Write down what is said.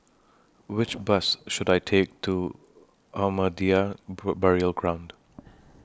Which Bus should I Take to Ahmadiyya Burial Ground